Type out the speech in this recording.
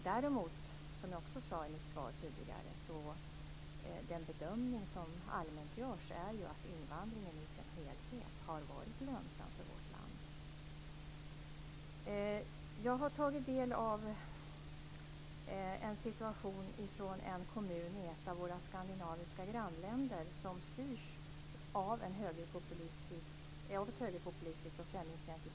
Däremot, som jag också sade i mitt svar tidigare, är den bedömning som allmänt görs att invandringen i sin helhet har varit lönsam för vårt land. Jag har tagit del av en situation i en kommun i ett av våra skandinaviska grannländer som styrs av ett högerpopulistiskt och främlingsfientligt parti.